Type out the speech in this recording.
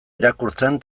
irakurtzen